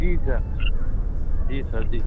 जी sir जी sir जी